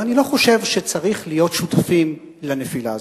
ואני לא חושב שצריך להיות שותפים לנפילה הזאת.